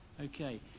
Okay